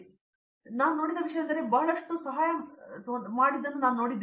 ಹಾಗಾಗಿ ನಾನು ನೋಡಿದ ವಿಷಯವೆಂದರೆ ನನಗೆ ಬಹಳಷ್ಟು ಸಹಾಯ ಮಾಡಿದ್ದನ್ನು ನಾನು ನೋಡಿದೆ